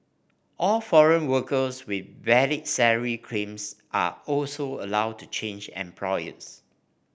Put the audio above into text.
all foreign workers with valid salary claims are also allowed to change employers